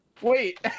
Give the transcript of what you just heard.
Wait